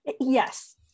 Yes